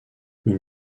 une